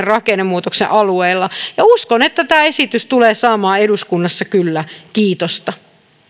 rakennemuutoksen alueilla ja uskon että tämä esitys tulee saamaan eduskunnassa kyllä kiitosta